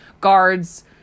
guards